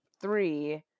three